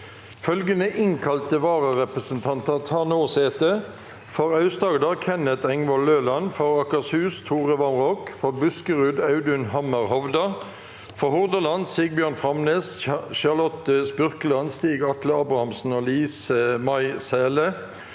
Følgende innkalte vararepresentanter tar nå sete: For Aust-Agder: Kenneth Engvoll Løland For Akershus: Tore Vamraak For Buskerud: Audun Hammer Hovda For Hordaland: Sigbjørn Framnes, Charlotte Spur- keland, Stig Atle Abrahamsen og Lise-May Sæle